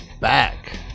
back